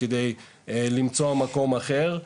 על מנת למצוא מקום אחר,